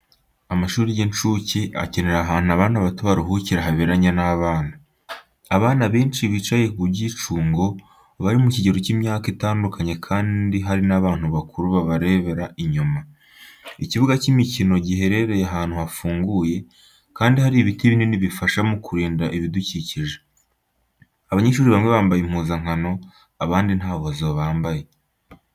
Amashuri y'incuke akenera ahantu abana bato baruhukira haberanye n'abana. Abana benshi bicaye ku byicungo, bari mu kigero cy'imyaka itandukanye kandi hari n'abantu bakuru babareba inyuma. Ikibuga cy'imikino giherereye ahantu hafunguye, kandi hari ibiti binini bifasha mu kurinda ibidukikije. Abanyeshuri bamwe bambaye impuzankano abandi ntazo bambaye.